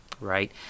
right